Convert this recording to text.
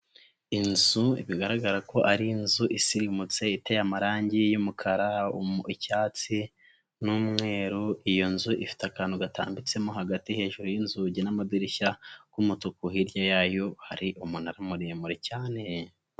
Inzu bigaragara ko ari inzu isirimutse iteye amarangi y'umukara, icyatsi n'umweru, iyo nzu ifite akantu gatambitsemo hagati, hejuru y'inzugi n'madirishya, k'umutuku hirya yayo hari umunara muremure cyane.